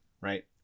right